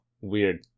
weird